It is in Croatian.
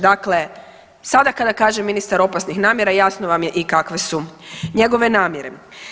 Dakle, sada kada kažem ministar opasnih namjera jasno vam je i kakve su njegove namjere.